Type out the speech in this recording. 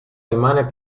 rimane